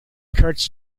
encouraged